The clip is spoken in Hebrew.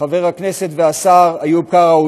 חבר הכנסת והשר איוב קרא,